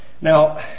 Now